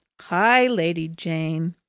hi, lady jane!